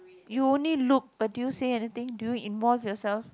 you only look but did you say anything did you involve yourself